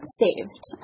saved